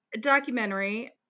documentary